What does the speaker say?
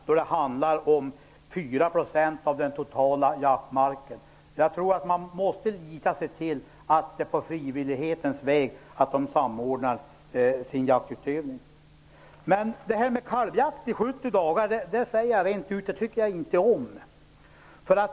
Det handlar om 4 % av den totala jaktmarken. Man måste förlita sig till att jakten samordnas på frivillighetens väg. Kalvjakt i 70 dagar är dock något som jag inte tycker om.